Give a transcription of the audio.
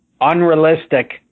unrealistic